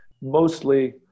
mostly